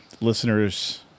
listeners